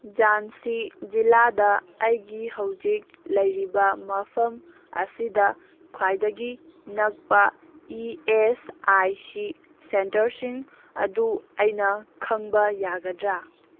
ꯖꯥꯟꯁꯤ ꯖꯤꯜꯂꯥꯗ ꯑꯩꯒꯤ ꯍꯧꯖꯤꯛ ꯂꯩꯔꯤꯕ ꯃꯐꯝ ꯑꯁꯤꯗ ꯈ꯭ꯋꯥꯏꯗꯒꯤ ꯅꯛꯄ ꯏ ꯑꯦꯁ ꯑꯥꯏ ꯁꯤ ꯁꯦꯟꯇꯔꯁꯤꯡ ꯑꯗꯨ ꯑꯩꯅ ꯈꯪꯕ ꯌꯥꯒꯗ꯭ꯔꯥ